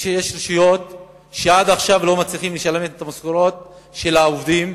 ויש רשויות שעד עכשיו לא מצליחות לשלם את המשכורות של העובדים.